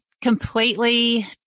completely